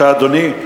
אדוני.